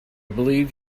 believe